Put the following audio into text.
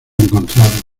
encontrados